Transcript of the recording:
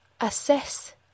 assess